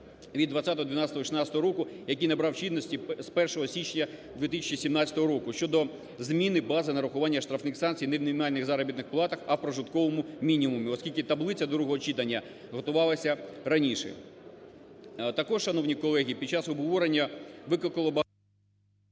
від 20.12.16 року, який набрав чинності з 1 січня 2017 року щодо зміни бази нарахування штрафних санкцій не в мінімальних заробітних платах, а в прожитковому мінімумі, оскільки таблиця другого читання готувалася раніше. Також, шановні колеги, під час обговорення викликало багато…